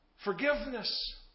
Forgiveness